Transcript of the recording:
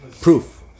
proof